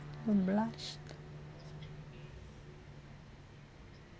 blush